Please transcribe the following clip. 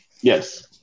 yes